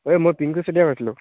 অই মই পিংকু চেতিয়াই কৈছিলোঁ